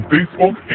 Facebook